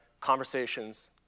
conversations